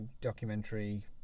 documentary